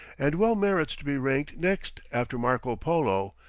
and well merits to be ranked next after marco polo,